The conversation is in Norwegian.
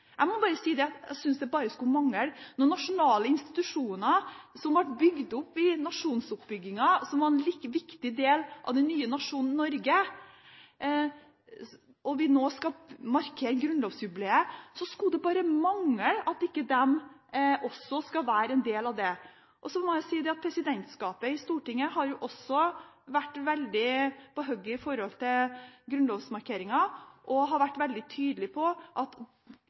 Det skulle bare mangle at ikke de nasjonale institusjoner som ble bygd opp under nasjonsbyggingen, som var en viktig del av den nye nasjonen Norge, når vi nå skal markere grunnlovsjubileet, også skulle være en del av det. Så må jeg si at presidentskapet i Stortinget har også vært veldig «på høgget» i forhold til grunnlovsmarkeringen, og har vært veldig tydelig på at